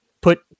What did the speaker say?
put